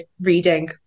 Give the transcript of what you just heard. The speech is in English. reading